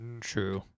True